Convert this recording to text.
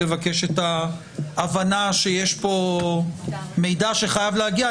לבקש את ההבנה שיש פה מידע שחייב להגיע,